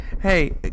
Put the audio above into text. Hey